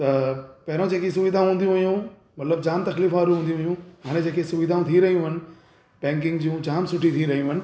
त पहिरियों जेकी सुविधाऊं हूंदियूं हुयूं मतिलबु जाम तकलीफ़ वारियूं हूंदियूं हुयूं हाणे जेकी सुविधाऊं थी रहियूं आहिनि बैंकिंग जूं जाम सुठियूं थी रहियूं आहिनि